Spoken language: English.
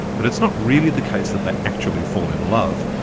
but it's not really the case that they actually fall in love,